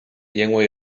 llengua